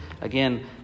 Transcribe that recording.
Again